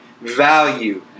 value